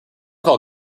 call